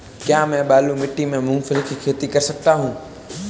क्या मैं बालू मिट्टी में मूंगफली की खेती कर सकता हूँ?